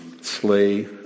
slay